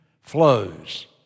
flows